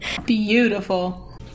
Beautiful